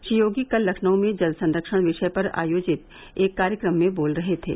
श्री योगी कल लखनऊ में जल संरक्षण विषय पर आयोजित एक कार्यक्रम में बोल रहे थे